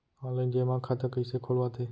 Online जेमा खाता कइसे खोलवाथे?